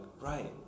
right